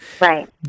right